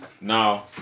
Now